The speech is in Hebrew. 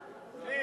פנים.